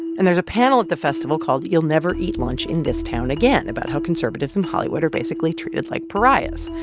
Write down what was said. and there's a panel at the festival called you'll never eat lunch in this town again about how conservatives in hollywood are basically treated like pariahs.